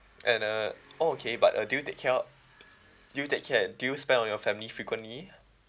and uh okay but uh do you take care of do you take care do you spend on your family frequently